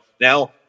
now